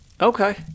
Okay